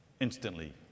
instantly